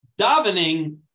Davening